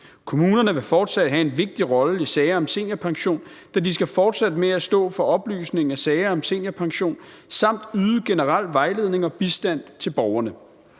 Kommunerne vil fortsat have en vigtig rolle i sager om seniorpension, da de skal fortsætte med at stå for oplysningen af sager om seniorpension samt yde generel vejledning og bistand til borgerne.